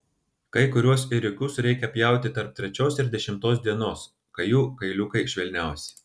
kai kuriuos ėriukus reikia pjauti tarp trečios ir dešimtos dienos kai jų kailiukai švelniausi